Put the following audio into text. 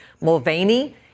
Mulvaney